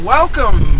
Welcome